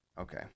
Okay